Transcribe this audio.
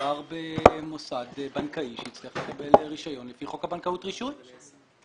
מדובר במוסד בנקאי שיצטרך לקבל רישיון לפי חוק הבנקאות (רישוי).